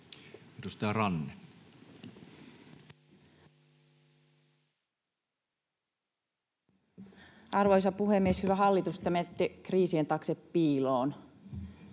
Content: Arvoisa puhemies! Hyvä hallitus, te menette kriisien taakse piiloon.